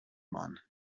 man